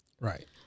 Right